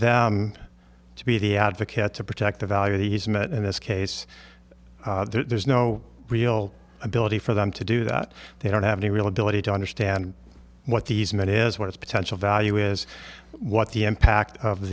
them to be the advocate to protect the value he's met in this case there's no real ability for them to do that they don't have any real ability to understand what these meant is what its potential value is what the impact of